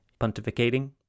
pontificating